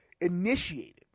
initiated